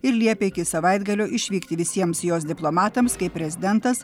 ir liepė iki savaitgalio išvykti visiems jos diplomatams kai prezidentas